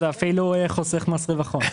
זה אפילו חוסך מס רווח הון.